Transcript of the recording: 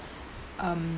um